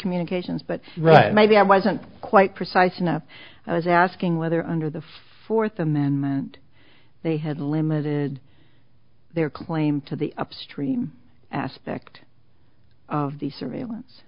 communications but right maybe i wasn't quite precise enough i was asking whether under the fourth amendment they had limited their claim to the upstream aspect of the surveillance